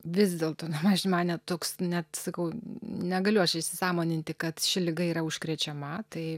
vis dėlto pavyzdžiui man net toks net sakau negaliu aš įsisąmoninti kad ši liga yra užkrečiama tai